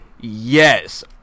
yes